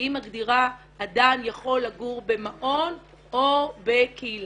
שהיא מגדירה אם אדם יכול לגור במעון או בקהילה.